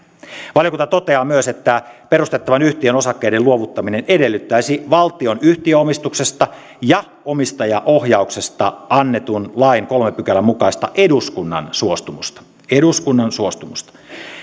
valiokunta toteaa myös että perustettavan yhtiön osakkeiden luovuttaminen edellyttäisi valtion yhtiöomistuksesta ja omistajaohjauksesta annetun lain kolmannen pykälän mukaista eduskunnan suostumusta eduskunnan suostumusta